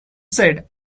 said